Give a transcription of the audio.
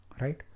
right